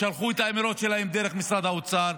אלא שלחו את האמירות שלהם דרך משרד האוצר.